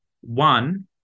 one